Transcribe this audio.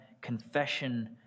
confession